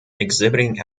exhibiting